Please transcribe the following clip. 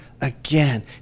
again